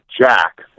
Jack